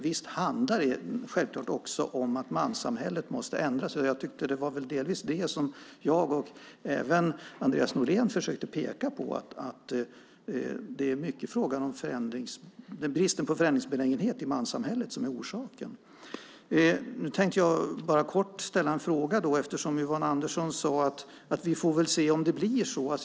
Visst handlar det också om att manssamhället måste ändras; det är självklart. Det var delvis det som jag och även Andreas Norlén försökte peka på. Det är mycket frågan om bristen på förändringsbenägenhet i manssamhället som är orsaken. Jag tänkte bara kort ställa en fråga eftersom Yvonne Andersson sade: Vi får väl se om det blir så.